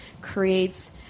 creates